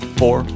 four